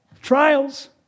Trials